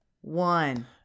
one